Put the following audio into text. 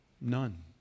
None